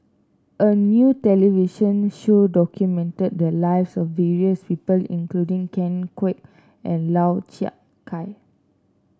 a new television show documented the lives of various people including Ken Kwek and Lau Chiap Khai